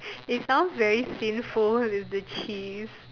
it sounds very sinful with the cheese